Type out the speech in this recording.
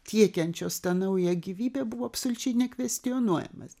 tiekiančios tą naują gyvybę buvo absoliučiai nekvestionuojamas